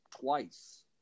twice